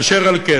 אשר על כן,